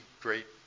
great